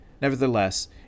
Nevertheless